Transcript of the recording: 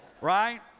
right